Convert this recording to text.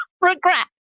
Regret